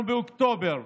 אנחנו באוקטובר,